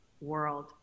world